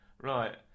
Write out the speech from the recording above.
Right